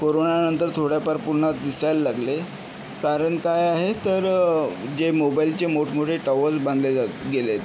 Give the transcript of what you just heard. कोरोनानंतर थोड्याफार पुन्हा दिसायला लागले कारण काय आहे तर जे मोबाइलचे मोठ मोठे टॉवर्स बांधले जात गेले आहेत